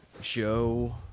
Joe